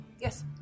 Yes